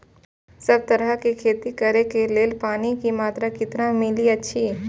सब तरहक के खेती करे के लेल पानी के मात्रा कितना मिली अछि?